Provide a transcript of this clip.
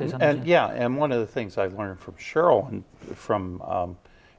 m and yeah and one of the things i've learned from sheryl from